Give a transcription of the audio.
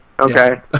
Okay